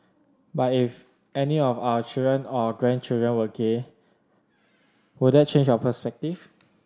but if any of our children or grandchildren were gay would that change your perspective